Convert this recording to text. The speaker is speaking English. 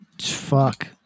fuck